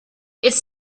its